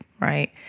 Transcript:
right